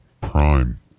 prime